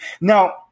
Now